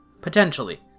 Potentially